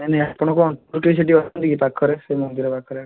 ନାଇ ନାଇ ଆପଣଙ୍କ ଅଞ୍ଚଳର କିଏ ସେଠି ଅଛନ୍ତି କି ପାଖରେ ସେ ମନ୍ଦିର ପାଖରେ ଏକା